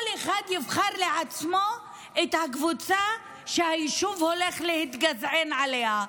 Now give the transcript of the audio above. כל אחד יבחר לעצמו את הקבוצה שהיישוב הולך להתגזען עליה.